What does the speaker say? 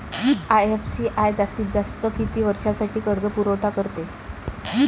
IFCI जास्तीत जास्त किती वर्षासाठी कर्जपुरवठा करते?